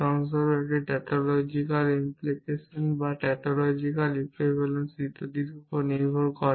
উদাহরণস্বরূপ এটি tautological implication বা টাউটোলজিক্যাল ইকুইভালেন্স ইত্যাদির উপর ভিত্তি করে